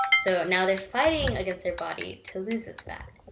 so now, they're fighting against their body to lose this fat.